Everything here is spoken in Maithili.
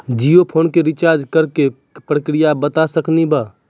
जियो फोन के रिचार्ज करे के का प्रक्रिया बता साकिनी का?